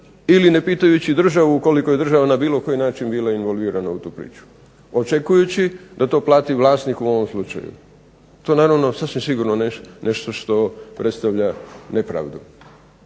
ili ne pitajući državu ukoliko je država na bilo koji način bila involvirana u tu priču očekujući da to plati vlasnik u ovom slučaju. To je naravno sasvim sigurno nešto što predstavlja nepravdu.